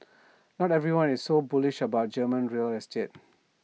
not everyone is so bullish about German real estate